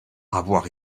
avoir